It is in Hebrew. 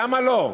למה לא?